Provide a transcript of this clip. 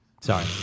Sorry